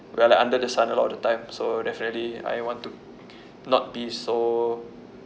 we're like under the sun lot of the time so definitely I want to not be so